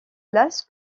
place